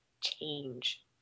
change